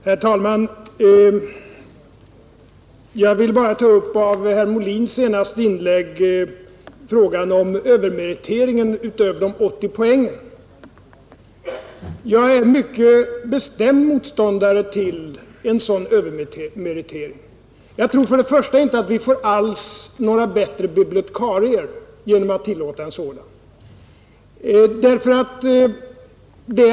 Herr talman! Av herr Molins senaste inlägg vill jag bara ta upp frågan om övermeriteringen, dvs. meriteringen utöver de 80 poängen. Jag är mycket bestämd motståndare till en sådan övermeritering. Ett skäl till det är att jag inte alls tror att vi får bättre bibliotekarier genom att tillåta en sådan.